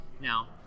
Now